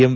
M